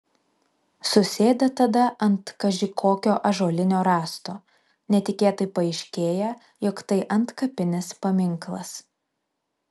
susėda tada ant kaži kokio ąžuolinio rąsto netikėtai paaiškėja jog tai antkapinis paminklas